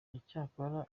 icyakora